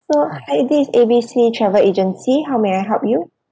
so hi this is A B C travel agency how may I help you